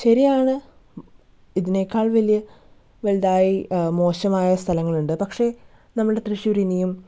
ശരിയാണ് ഇതിനേക്കാൾ വലിയ വലുതായി മോശമായ സ്ഥലങ്ങളുണ്ട് പക്ഷെ നമ്മളുടെ തൃശ്ശൂർ ഇനിയും